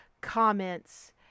comments